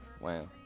wow